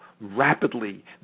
rapidly